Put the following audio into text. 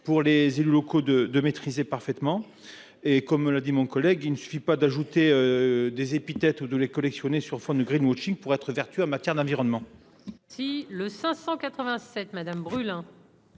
pour les élus locaux de de maîtriser parfaitement, et comme le dit mon collègue, il ne suffit pas d'ajouter des épithètes de les collectionner, sur fond de greenwashing pour être vertueux en matière d'environnement.